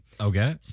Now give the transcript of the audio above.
Okay